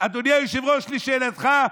אדוני היושב-ראש, לשאלתך: